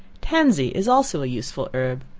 tansey is also a useful herb.